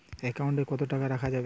Account কত টাকা রাখা যাবে?